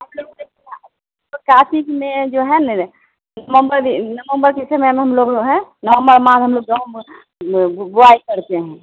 आप लोग हम लोग काशी में जो है नैना नवम्बर नवम्बर के जैसे में हम लोग हैं नवम्बर माघ हम लोग जौ बोआई करते हैं